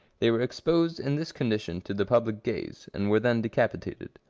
they were exposed in this condition to the public gaze, and were then decapitated.